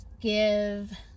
give